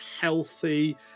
healthy